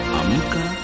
amuka